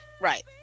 Right